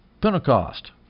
Pentecost